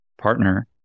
partner